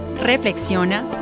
reflexiona